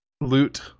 loot